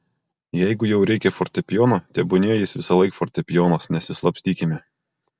jeigu jau reikia fortepijono tebūnie jis visąlaik fortepijonas nesislapstykime